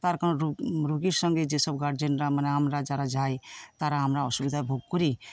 তার কারণ রু রুগির সঙ্গে যেসব গার্জেনরা মানে আমরা যারা যাই তারা আমরা অসুবিধা ভোগ করি